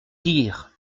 dire